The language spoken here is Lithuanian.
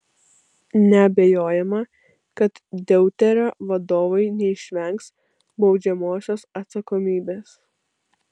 neabejojama kad deuterio vadovai neišvengs baudžiamosios atsakomybės